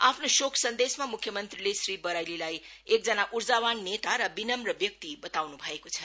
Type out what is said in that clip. आफ्नो शोक सन्देशमा मुख्य मंत्रीले श्री बराईलीलाई एकजना उर्जावान नेता र विनम्र व्यक्ति बताउनु भएको छ